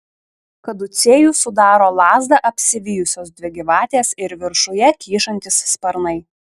kaducėjų sudaro lazdą apsivijusios dvi gyvatės ir viršuje kyšantys sparnai